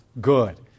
good